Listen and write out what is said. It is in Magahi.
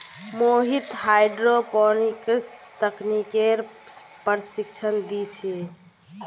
मोहित हाईड्रोपोनिक्स तकनीकेर प्रशिक्षण दी छे